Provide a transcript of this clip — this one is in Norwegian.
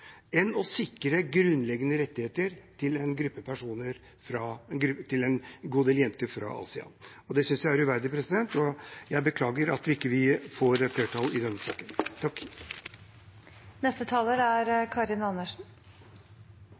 enn å sikre grunnleggende rettigheter til en god del jenter fra Asia. Det synes jeg er uverdig, og jeg beklager at vi ikke får flertall i denne saken. Jeg synes også det er